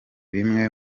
bimwe